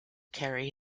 carry